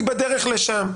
אני בדרך לשם.